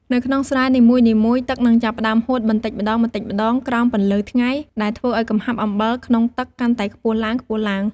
នៅក្នុងស្រែនីមួយៗ ទឹកនឹងចាប់ផ្តើមហួតបន្តិចម្ដងៗក្រោមពន្លឺថ្ងៃ ដែលធ្វើឱ្យកំហាប់អំបិលក្នុងទឹកកាន់តែខ្ពស់ឡើងៗ។